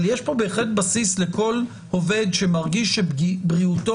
אבל יש פה בהחלט בסיס לכל עובד שמרגיש שבריאותו